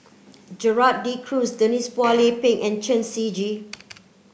Gerald De Cruz Denise Phua Lay Peng and Chen Shiji